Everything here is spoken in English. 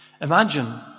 Imagine